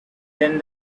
then